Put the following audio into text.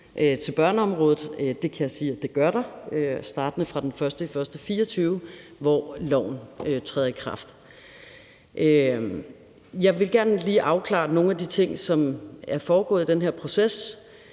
til børneområdet. Det kan jeg sige at der gør, startende fra den 1. januar 2024, hvor loven træder i kraft. Jeg vil gerne lige afklare nogle af de ting, som er foregået i den her proces.